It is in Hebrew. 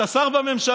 אתה שר בממשלה.